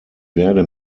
werde